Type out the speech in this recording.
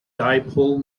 dipole